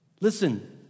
listen